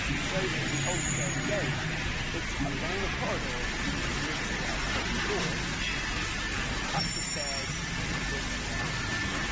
so as the old saying goes it's along the corridor to grid square twenty four and up the stairs to grid square ten.